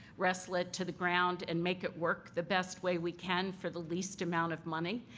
wrestle it to the ground, and make it work the best way we can for the least amount of money?